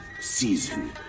season